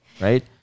Right